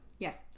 Yes